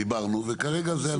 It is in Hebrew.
דיברנו, וכרגע זה הנוסח.